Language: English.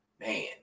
man